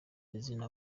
izina